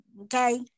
Okay